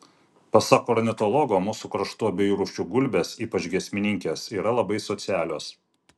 pasak ornitologo mūsų kraštų abiejų rūšių gulbės ypač giesmininkės yra labai socialios